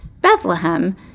Bethlehem